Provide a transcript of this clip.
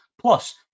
Plus